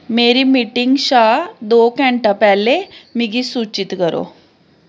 मेरी मीटिंग शा दो घैंटा पैह्लें मिगी सूचत करो